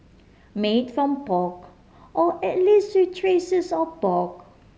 made from pork or at least with traces of pork